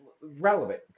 relevant